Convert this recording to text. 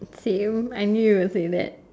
same I knew you would say that